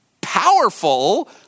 powerful